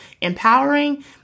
empowering